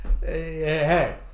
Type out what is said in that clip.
hey